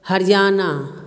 Haryana